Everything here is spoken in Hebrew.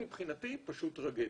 זה, מבחינתי, פשוט טרגדיה.